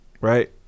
right